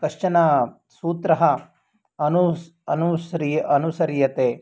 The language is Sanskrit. कञ्चन सूत्रं अनु अनुस्रियते